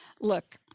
Look